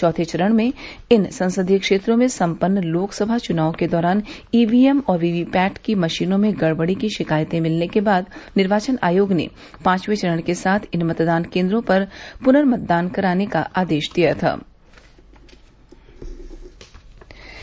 चौथे चरण में इन संसदीय क्षेत्रों में सम्यन्न लोकसभा चुनाव के दौरान ईवीएम और वीवीपैट की मशीनों में गड़बड़ी की शिकायते मिलने के बाद निर्वाचन आयोग ने पॅाचवे चरण के साथ इन मतदान केन्द्रों पर प्नर्मतदान कराने के आदेश दिये थे